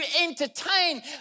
entertain